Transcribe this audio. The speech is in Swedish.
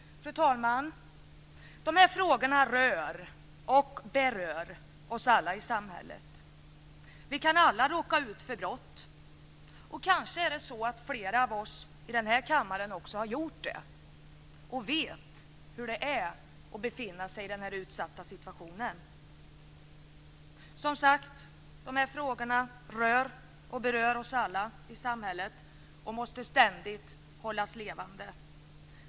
Fru talman! De här frågorna rör och berör oss alla i samhället. Alla kan vi råka ut för brott. Kanske är det så att flera av oss i denna kammare har gjort det och vet hur det är att befinna sig i en så utsatt situation. Som sagt: De här frågorna rör och berör oss alla i samhället och måste ständigt hållas levande.